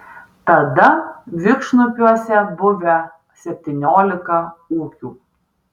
tada vinkšnupiuose buvę septyniolika ūkių